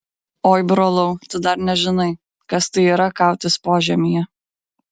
oi brolau tu dar nežinai kas tai yra kautis požemyje